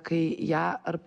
kai ją ar